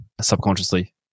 subconsciously